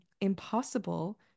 impossible